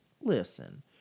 Listen